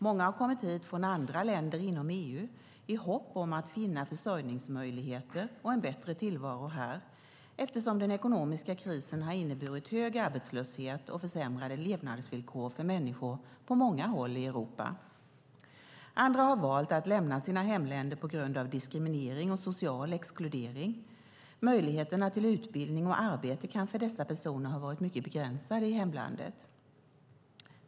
Många har kommit hit från andra länder inom EU i hopp om att finna försörjningsmöjligheter och en bättre tillvaro här, eftersom den ekonomiska krisen har inneburit hög arbetslöshet och försämrade levnadsvillkor för människor på många håll i Europa. Andra har valt att lämna sina hemländer på grund av diskriminering och social exkludering - möjligheterna till utbildning och arbete kan för dessa personer ha varit mycket begränsade i hemlandet.